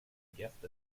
guessed